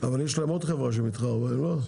אבל יש להם עוד חברה שמתחרה בהם, לא?